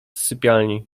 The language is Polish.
sypialni